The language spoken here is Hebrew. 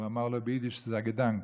הוא אמר לו ביידיש: זיי געדאַנק,